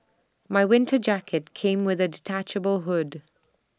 my winter jacket came with A detachable hood